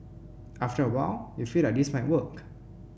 after a while you feel that this might work